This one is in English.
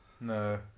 no